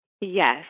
Yes